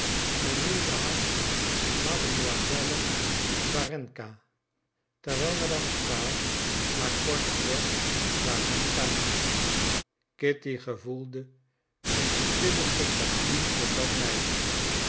men noemde haar mademoiselle warenka terwijl madame stahl haar kortweg warenka noemde kitty gevoelde een stille sympathie voor dat meisje